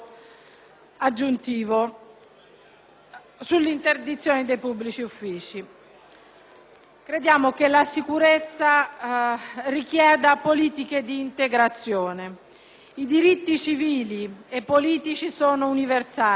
Crediamo che la sicurezza richieda politiche di integrazione. I diritti civili e politici sono universali. Fra i diritti politici, in primo luogo vi è il diritto all'elettorato attivo.